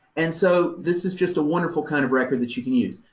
and so, this is just a wonderful kind of record that you can use.